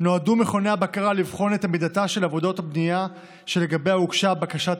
נועדו מכוני הבקרה לבחון את עמידתה של עבודת בנייה שלגביה הוגשה בקשת